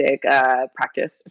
practice